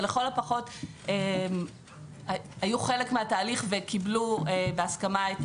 ולכל הפחות היו חלק מהתהליך וקיבלו בהסכמה את